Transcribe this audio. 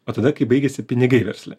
o tada kai baigiasi pinigai versle